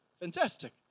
Fantastic